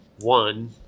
one